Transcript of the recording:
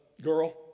girl